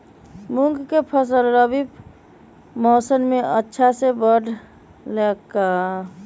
मूंग के फसल रबी मौसम में अच्छा से बढ़ ले का?